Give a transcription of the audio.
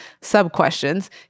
sub-questions